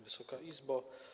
Wysoka Izbo!